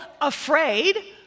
afraid